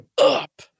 up